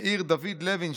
מאיר דוד לוינשטיין,